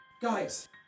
Guys